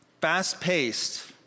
fast-paced